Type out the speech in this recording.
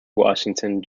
washington